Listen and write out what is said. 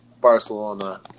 Barcelona